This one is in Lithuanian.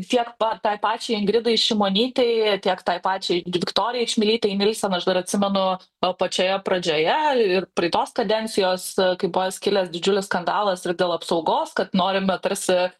tiek pa tai pačiai ingridai šimonytei tiek tai pačiai viktorija čmilytei nielsen aš dar atsimenu o pačioje pradžioje ir praeitos kadencijos kai buvo skilęs didžiulis skandalas ir dėl apsaugos kad norime tarsi